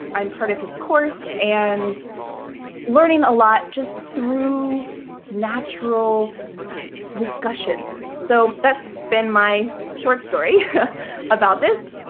i'm part of his course and learning a lot just through natural discussions. so that's been my short story about this.